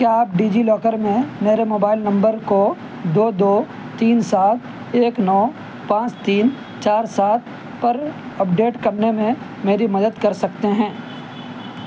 کیا آپ DigiLocker میں میرے موبائل نمبر کو دو دو تین سات ایک نو پانچ تین چار سات پر اپڈیٹ کرنے میں میری مدد کر سکتے ہیں